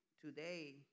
today